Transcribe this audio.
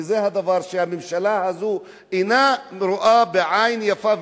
וזה הדבר שהממשלה הזאת אינה רואה בעין יפה,